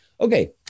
Okay